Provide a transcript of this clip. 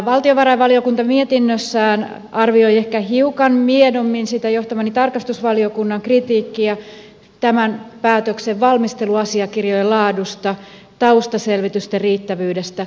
valtiovarainvaliokunta mietinnössään arvioi ehkä hiukan miedommin sitä johtamani tarkastusvaliokunnan kritiikkiä tämän päätöksen valmisteluasiakirjojen laadusta taustaselvitysten riittävyydestä